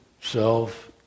self